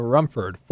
Rumford